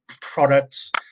products